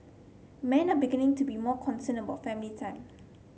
men are beginning to be more concerned about family time